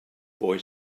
boy